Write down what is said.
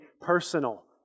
personal